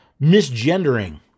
misgendering